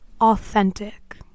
authentic